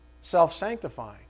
self-sanctifying